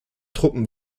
truppen